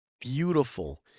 beautiful